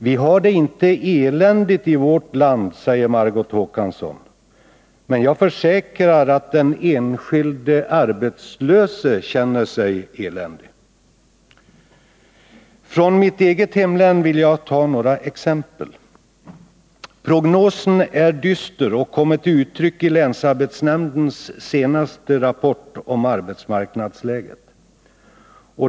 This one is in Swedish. Vi har det inte eländigt i vårt land, säger Margot Håkansson. Men jag försäkrar att den enskilde arbetslöse känner sig eländig. Från mitt eget hemlän vill jag ta några exempel. Prognosen är dyster och kommer till uttryck i länsarbetsnämndens senaste rapport om arbetsmarknadsläget.